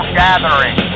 gathering